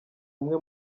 imwe